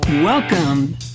Welcome